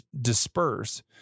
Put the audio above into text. disperse